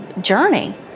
journey